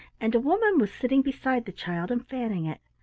and a woman was sitting beside the child and fanning it.